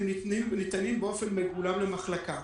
הם ניתנים באופן מגולם מחלקה.